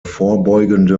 vorbeugende